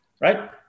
Right